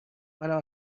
منم